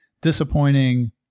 disappointing